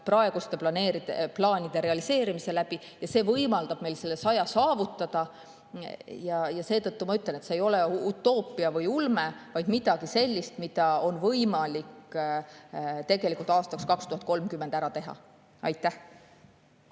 praeguste plaanide realiseerimise teel. See võimaldab meil selle 100 saavutada. Seetõttu ma ütlen, et see ei ole utoopia või ulme, vaid midagi sellist, mida on võimalik aastaks 2030 ära teha. Kert